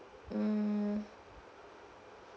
mm